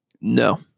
No